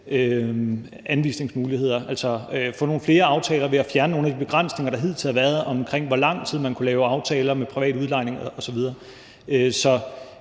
anvisningsmuligheder, altså få nogle flere aftaler ved at fjerne nogle af de begrænsninger, der hidtil har været omkring, i hvor lang tid man kunne lave aftaler om privat udlejning osv. Så